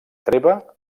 treva